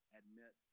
admit